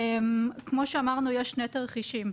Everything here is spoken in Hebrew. כמו שאמרנו, יש שני תרחישים.